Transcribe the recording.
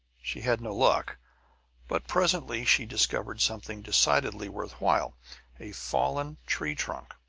she had no luck but presently she discovered something decidedly worth while a fallen tree trunk,